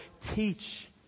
teach